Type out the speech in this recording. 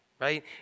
right